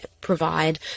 provide